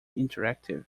interactive